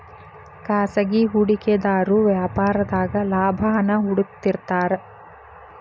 ಖಾಸಗಿ ಹೂಡಿಕೆದಾರು ವ್ಯಾಪಾರದಾಗ ಲಾಭಾನ ಹುಡುಕ್ತಿರ್ತಾರ